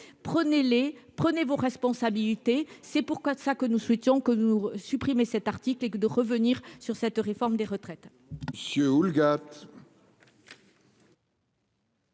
Prenez-les, prenez vos responsabilités. C'est pourquoi ça que nous souhaitons que nous supprimer cet article, que de revenir sur cette réforme des retraites.